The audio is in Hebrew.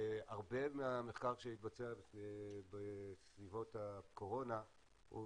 הרבה מהמחקר שהתבצע בסביבות הקורונה הוא